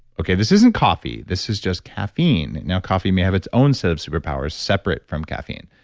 okay, this isn't coffee, this is just caffeine. now coffee may have its own set of superpowers separate from caffeine,